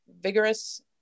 vigorous